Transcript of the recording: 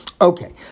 Okay